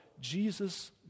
Jesus